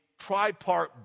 tripart